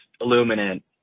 illuminant